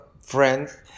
friends